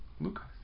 Lucas